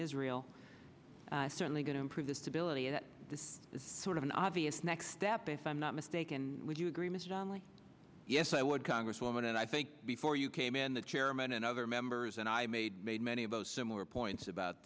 israel are certainly going to improve the stability that this sort of an obvious next step if i'm not mistaken would you agree mr donnelly yes i would congresswoman and i think before you came in the chairman and other members and i made made many of those similar points about